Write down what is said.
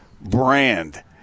brand